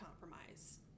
compromise